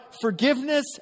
Forgiveness